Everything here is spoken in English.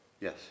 Yes